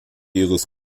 ihres